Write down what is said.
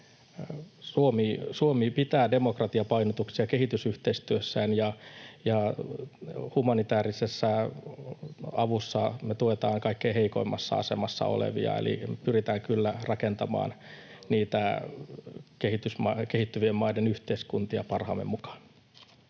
Suomi pitää demokratiapainotuksia kehitysyhteistyössään, ja humanitäärisessä avussa me tuemme kaikkein heikoimmassa asemassa olevia, eli pyritään kyllä rakentamaan niitä kehittyvien maiden yhteiskuntia parhaamme mukaan.